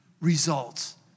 results